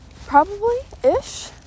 Probably-ish